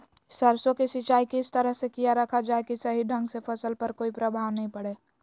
सरसों के सिंचाई किस तरह से किया रखा जाए कि सही ढंग से फसल पर कोई प्रभाव नहीं पड़े?